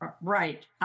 Right